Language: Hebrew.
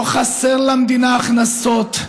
לא חסרות למדינה הכנסות,